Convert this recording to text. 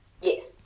Yes